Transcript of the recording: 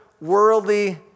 worldly